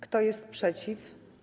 Kto jest przeciw?